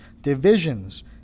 divisions